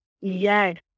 Yes